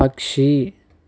పక్షి